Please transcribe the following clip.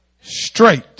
straight